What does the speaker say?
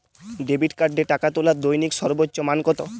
Debit কার্ডে টাকা তোলার দৈনিক সর্বোচ্চ মান কতো?